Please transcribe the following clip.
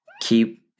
keep